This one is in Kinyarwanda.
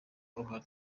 uruhare